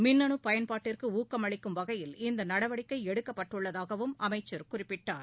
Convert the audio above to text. மின்னணுபயன்பாட்டுக்குஊக்கமளிக்கும் வகையில் இந்தநடவடிக்கைஎடுக்கப்பட்டுள்ளதாகவும் அமைச்சர் குறிப்பிட்டார்